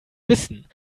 wissen